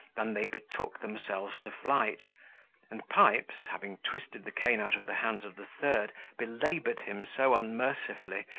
than they betook themselves to flight and pipes, having twisted the cane out of the hands of the third, belaboured him so unmercifully,